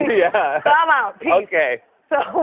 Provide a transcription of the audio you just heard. yeah. so i'm out. peace. okay. so,